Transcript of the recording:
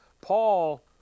Paul